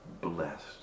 blessed